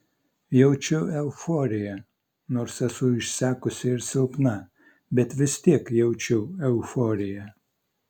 jaučiu euforiją nors esu išsekusi ir silpna bet vis tiek jaučiu euforiją